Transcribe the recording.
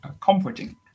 comforting